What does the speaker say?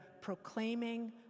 proclaiming